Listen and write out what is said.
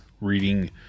reading